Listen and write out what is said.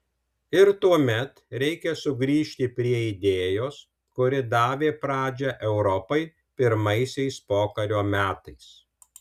ir tuomet reikia sugrįžti prie idėjos kuri davė pradžią europai pirmaisiais pokario metais